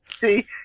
See